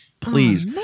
please